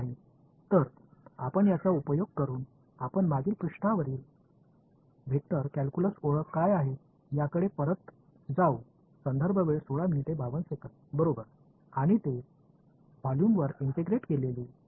எனவே இதைப் பயன்படுத்துவோம் முந்தைய பக்கத்தில் நம்மிடம் இருந்த வெக்டர் கால்குலஸ் அடையாளம் இதுதான் குறிப்பு நேரம் 1652 ஐப் பார்க்கவும் மற்றும் இது கொள்ளளவுக்கு மேல் ஒருங்கிணைந்த dV இங்கே இல்லை